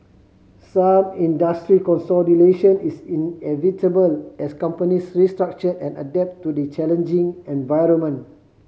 some industry consolidation is inevitable as companies restructure and adapt to the challenging environment